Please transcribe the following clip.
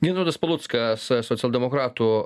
gintautas paluckas socialdemokratų